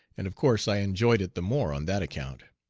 and of course i enjoyed it the more on that account.